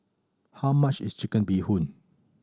how much is Chicken Bee Hoon